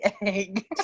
egg